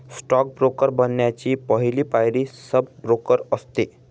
stock broker बनण्याची पहली पायरी सब ब्रोकर असते